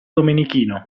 domenichino